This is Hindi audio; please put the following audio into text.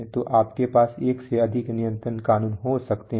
तो आपके पास एक से अधिक नियंत्रण कानून हो सकते हैं